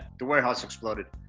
the warehouse exploded.